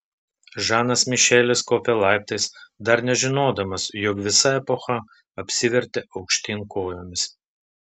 žanas mišelis kopė laiptais dar nežinodamas jog visa epocha apsivertė aukštyn kojomis